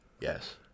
Yes